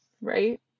Right